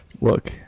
Look